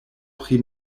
pri